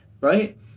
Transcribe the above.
right